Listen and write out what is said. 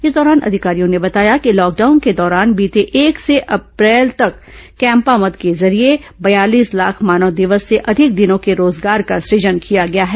इस दौरान अधिकारियों ने बताया कि लॉकडाउन के दौरान बीते एक से अप्रैल तक कैम्पा मेद के जरिये बयालीस लाख मानव दिवस से अधिक दिनों के रोजगार का सुजन किया गया है